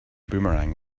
boomerang